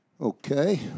Okay